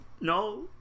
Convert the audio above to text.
No